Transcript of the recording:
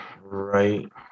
Right